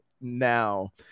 now